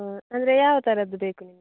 ಹಾಂ ಅಂದರೆ ಯಾವ ಥರದ್ದು ಬೇಕು ನಿಮಗೆ